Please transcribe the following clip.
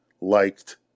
liked